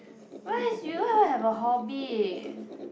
where is you don't even have a hobby